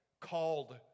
called